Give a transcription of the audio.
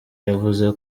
yavuze